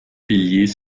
piliers